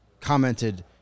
commented